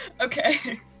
Okay